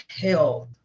health